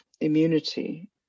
immunity